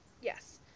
Yes